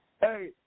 Hey